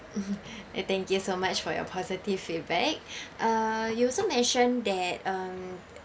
mm and thank you so much for your positive feedback uh you also mention that um